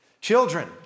children